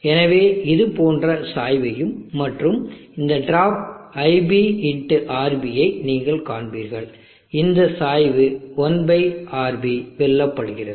எனவே இது போன்ற சாய்வையும் மற்றும் இந்த ட்ராப் iB ˟ RB ஐ நீங்கள் காண்பீர்கள் இந்த சாய்வு 1RB வெல்லப்படுகிறது